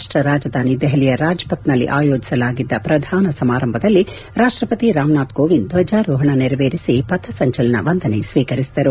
ರಾಷ್ಟ ರಾಜಧಾನಿ ದೆಹಲಿಯ ರಾಜಪಥ್ನಲ್ಲಿ ಆಯೋಜಿಸಲಾಗಿದ್ದ ಪ್ರಧಾನ ಸಮಾರಂಭದಲ್ಲಿ ರಾಷ್ಟಪತಿ ರಾಮನಾಥ್ ಕೋವಿಂದ್ ದ್ವಜಾರೋಹಣ ನೆರವೇರಿಸಿ ಪಥಸಂಚಲನ ವಂದನೆ ಸ್ವೀಕರಿಸಿದರು